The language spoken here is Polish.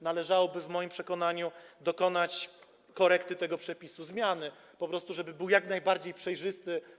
Należałoby w moim przekonaniu dokonać korekty tego przepisu, zmiany po prostu, żeby on był jak najbardziej przejrzysty.